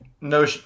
No